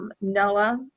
Noah